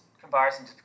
comparison